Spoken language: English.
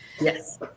Yes